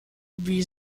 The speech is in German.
wie